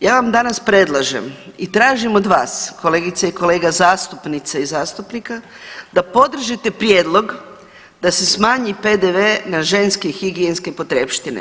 ja vam danas predlažem i tražim od vas, kolegice i kolega zastupnice i zastupnika da podržite prijedlog da se smanji PDV na ženske higijenske potrepštine.